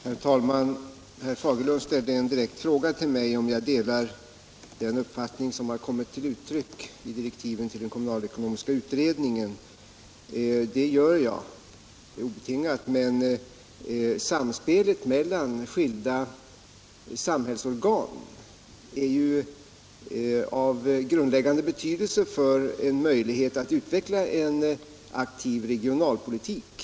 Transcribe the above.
Herr talman! Herr Fagerlund ställde en direkt fråga till mig, om jag delar den uppfattning som kommit till uttryck i direktiven till den kommunalekonomiska utredningen. Det gör jag obetingat, men samspelet mellan skilda samhällsorgan är ju av grundläggande betydelse för möjligheten att utveckla en aktiv regionalpolitik.